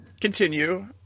continue